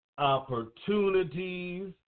opportunities